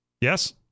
Yes